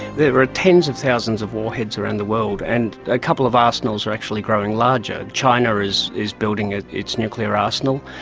there were tens of thousands of warheads around the world, and a couple of arsenals are actually growing larger. china is is building its its nuclear arsenal,